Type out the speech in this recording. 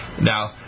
Now